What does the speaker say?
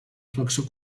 flexor